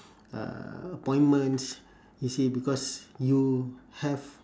uh appointments you see because you have